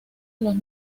los